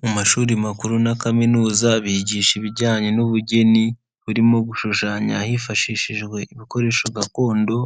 Mu mashuri makuru na kaminuza bigisha ibijyanye n'ubugeni, burimo gushushanya hifashishijwe ibikoresho gakondo,